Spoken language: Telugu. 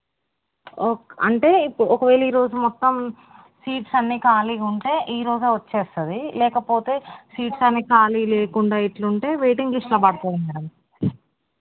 ఓక్ అంటే ఒకవేళ ఈరోజు మొత్తం సీట్స్ అన్నీ ఖాళీగా ఉంటే ఈరోజే వచ్చేస్తుంది లేకపోతే సీట్స్ అన్నీ ఖాళీ లేకుండా ఇట్లుంటే వెయిటింగ్ లిస్ట్లో పడుతుంది మ్యాడమ్